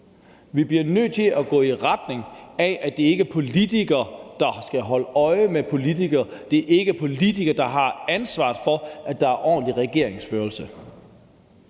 vi bliver nødt til at gå i retning af, at det ikke er politikere, der skal holde øje med politikere. Det er ikke politikere, der skal have ansvaret for, at der er ordentlig regeringsførelse.